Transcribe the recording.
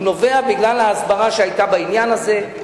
הוא נובע מההסברה שהיתה בעניין הזה.